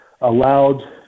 allowed